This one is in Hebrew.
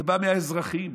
זה מהאזרחים,